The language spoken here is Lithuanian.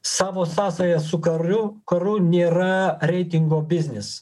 savo sąsajas su kariu karu nėra reitingo biznis